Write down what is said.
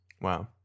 Wow